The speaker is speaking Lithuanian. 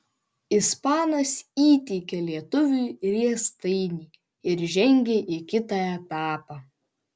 ispanas įteikė lietuviui riestainį ir žengė į kitą etapą